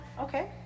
Okay